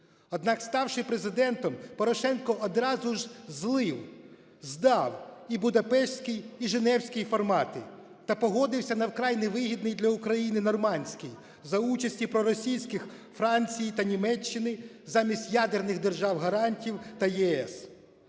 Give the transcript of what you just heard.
Однак, ставши Президентом, Порошенко одразу ж "злив", здав і будапештський, і женевський формати та погодився на вкрай невигідний для України нормандський за участі проросійських Франції та Німеччини, замість ядерних держав-гарантів та ЄС.